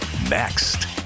Next